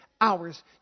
hours